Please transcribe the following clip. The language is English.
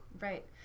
Right